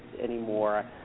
anymore